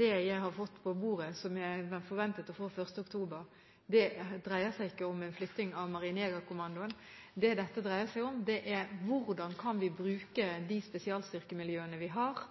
det jeg har fått på bordet, som jeg forventet å få 1. oktober, dreier seg ikke om en flytting av Marinejegerkommandoen. Det dette dreier seg om, er: Hvordan kan vi bruke de spesialstyrkemiljøene vi har?